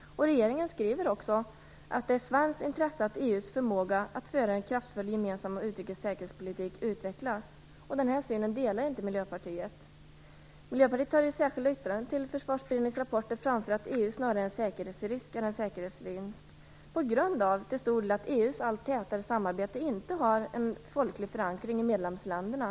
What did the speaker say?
Regeringen skriver också att det är ett svenskt intresse att EU:s förmåga att föra en kraftfull gemensam utrikes och säkerhetspolitik utvecklas. Denna syn delar inte Miljöpartiet. Miljöpartiet har i särskilda yttranden till försvarsberedningens rapporter framfört att EU snarare är en säkerhetsrisk än en säkerhetsvinst, till stor del på grund av att EU:s allt tätare samarbete inte har en folklig förankring i medlemsländerna.